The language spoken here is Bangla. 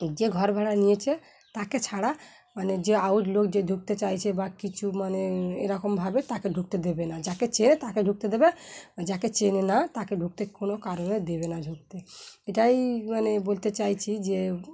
যে ঘর ভাড়া নিয়েছে তাকে ছাড়া মানে যে আরো লোক যে ঢুকতে চাইছে বা কিছু মানে এরকমভাবে তাকে ঢুকতে দেবে না যাকে চেনে তাকে ঢুকতে দেবে যাকে চেনে না তাকে ঢুকতে কোনো কারণে দেবে না ঢুকতে এটাই মানে বলতে চাইছি যে